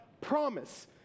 promise